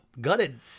gutted